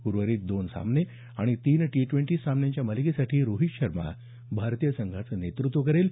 उर्वरीत दोन एकदिवसीय सामने आणि तीन टी ट्वेंटी सामन्यांच्या मालिकेसाठी रोहित शर्मा भारतीय संघाचं नेतृत्व करेल